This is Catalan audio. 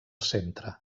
centre